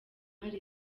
hari